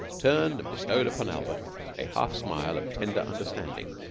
turned and bestowed upon albert a half-smile of tender understanding.